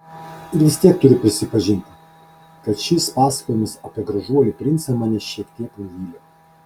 ir vis tiek turiu prisipažinti kad šis pasakojimas apie gražuolį princą mane šiek tiek nuvylė